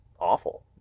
awful